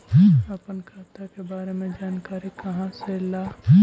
अपन खाता के बारे मे जानकारी कहा से ल?